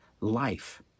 life